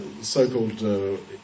so-called